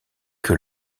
que